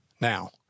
Now